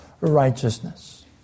righteousness